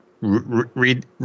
read